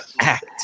act